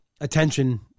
attention